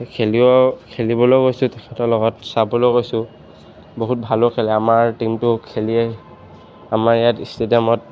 খেলিও খেলিবলৈ গৈছোঁ তেখেতৰ লগত চাবলৈ গৈছোঁ বহুত ভালো খেলে আমাৰ টীমটো খেলিয়ে আমাৰ ইয়াত ষ্টেডিয়ামত